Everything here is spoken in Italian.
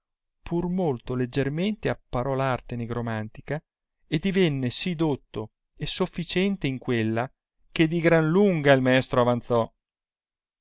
pur molto leggermente apparò l arte negromantica e divenne si dotto e soffìciente in quella che di gran lunga il maestro avanzò